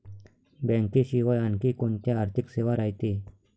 बँकेशिवाय आनखी कोंत्या आर्थिक सेवा रायते?